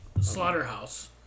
slaughterhouse